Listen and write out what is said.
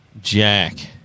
Jack